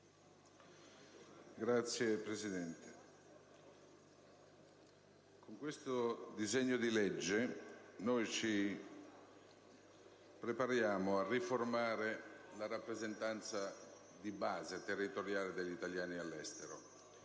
Signor Presidente, con questo disegno di legge ci apprestiamo a riformare la rappresentanza di base territoriale degli italiani all'estero,